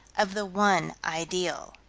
of the one ideal.